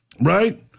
right